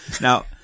Now